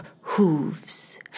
hooves